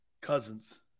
cousins